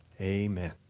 Amen